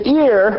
ear